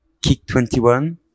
Kick21